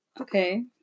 Okay